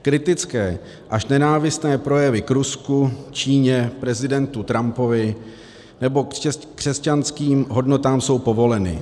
Kritické až nenávistné projevy k Rusku, Číně, prezidentu Trumpovi nebo křesťanským hodnotám jsou povoleny.